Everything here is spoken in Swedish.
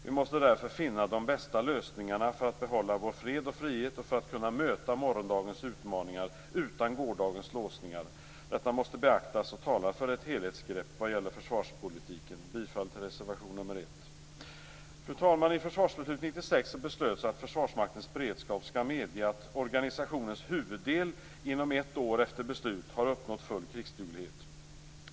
Vi måste därför finna de bästa lösningarna för att behålla vår fred och frihet och för att kunna möta morgondagens utmaningar utan gårdagens låsningar. Detta måste beaktas och talar för ett helhetsgrepp vad gäller försvarspolitiken. Fru talman! I Försvarsbeslut 96 beslöts att Försvarsmaktens beredskap skall medge att organisationens huvuddel inom ett år efter beslut har uppnått full krigsduglighet.